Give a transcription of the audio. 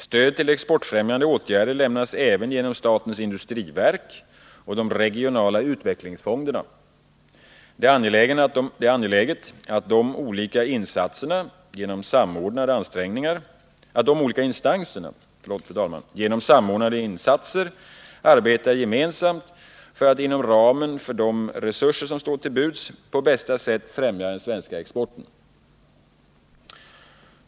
Stöd till exportfrämjande åtgärder lämnas även genom statens industriverk och de regionala utvecklingsfonderna. Det är angeläget att de olika instanserna genom samordnade insatser arbetar gemensamt för att inom ramen för de resurser som står till buds på bästa sätt främja den svenska exporten.